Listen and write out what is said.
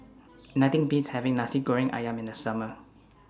Nothing Beats having Nasi Goreng Ayam in The Summer